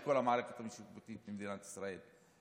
בכל המערכת השיפוטית במדינת ישראל,